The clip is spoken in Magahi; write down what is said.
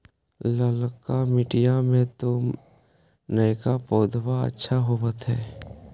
ललका मिटीया मे तो नयका पौधबा अच्छा होबत?